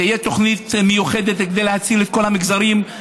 שתהיה תוכנית מיוחדת כדי להציל את כל המגזרים.